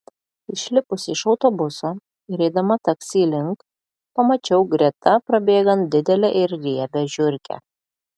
išlipusi iš autobuso ir eidama taksi link pamačiau greta prabėgant didelę ir riebią žiurkę